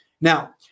Now